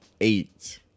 eight